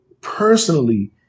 personally